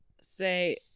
say